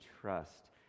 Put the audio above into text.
trust